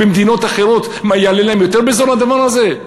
במדינות אחרות יעלה להם יותר בזול, הדבר הזה?